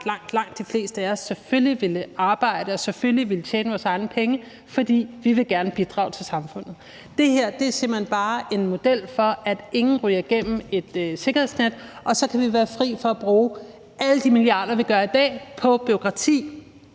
langt de fleste af os selvfølgelig ville arbejde og selvfølgelig ville tjene vores egne penge, fordi vi gerne vil bidrage til samfundet. Det her er simpelt hen bare en model for, at ingen ryger igennem, uden at der er et sikkerhedsnet, og så kan vi være fri for at bruge alle de milliarder, vi gør i dag, på bureaukrati